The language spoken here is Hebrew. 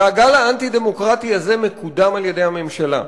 והגל האנטי-דמוקרטי הזה מקודם על-ידי הממשלה,